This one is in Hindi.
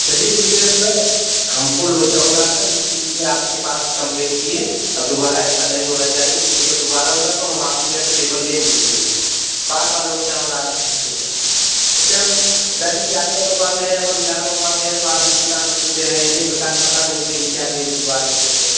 चलिए ठीक है सर हमको लोचा हो रहा था इसीलिए आपके पास कम्प्लेन किए और दोबारा ऐसा नहीं होना चाहिए क्योंकि अब दोबारा होगा तो हम आपके यहाँ से पेपर ले गए ही नहीं बार बार लोचा हो रहा है हमारे पेपर में क्योंकि हम दैनिक जागरण मंगवाते हैं अमर उजाला मंगवाते हैं तो आप हिन्दुस्तान भेजते हैं अनेक प्रकार पता नहीं क्या दे भिजवा देते हैं